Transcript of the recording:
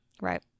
Right